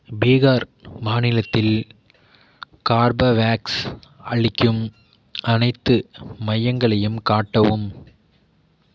பீகார் மாநிலத்தில் கார்பவேக்ஸ் அளிக்கும் அனைத்து மையங்களையும் காட்டவும்